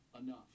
Enough